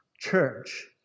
Church